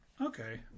okay